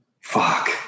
fuck